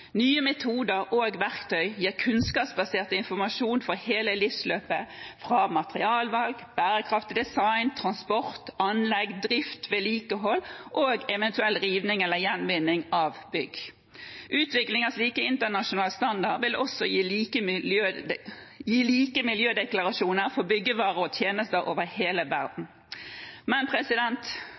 Nye metoder og verktøy gir kunnskapsbasert informasjon for hele livsløpet – fra materialvalg, bærekraftig design, transport, anlegg, drift, vedlikehold og eventuell riving eller gjenvinning av bygg. Utvikling av slike internasjonale standarder vil også gi like miljødeklarasjoner for byggevarer og tjenester over hele verden. Men